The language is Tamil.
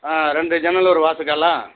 ஆ ரெண்டு ஜன்னல் ஒரு வாசக்காலா